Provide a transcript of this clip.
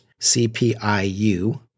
CPIU